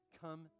Come